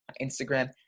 Instagram